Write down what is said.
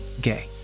gay